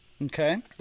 Okay